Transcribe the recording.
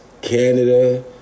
Canada